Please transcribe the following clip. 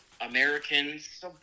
Americans